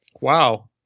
Wow